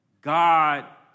God